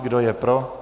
Kdo je pro?